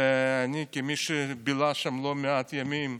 ואני, כמי שבילה שם לא מעט ימים,